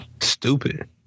stupid